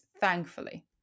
thankfully